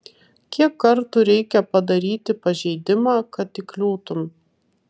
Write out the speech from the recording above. kiek kartų reikia padaryti pažeidimą kad įkliūtum